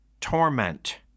torment